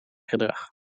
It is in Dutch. gedrag